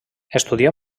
estudià